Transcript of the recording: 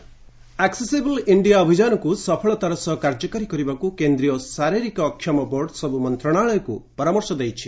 board disability accessible ଇଷିଆ ଅଭିଯାନକୁ ସଫଳତାର ସହ କାର୍ଯ୍ୟକାରୀ କରିବାକୁ କେନ୍ଦ୍ରୀୟ ଶାରୀରିକ ଅକ୍ଷମ ବୋର୍ଡ଼ ସବୁ ମନ୍ତ୍ରଣାଳୟକୁ ପରାମର୍ଶ ଦେଇଛି